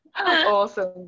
Awesome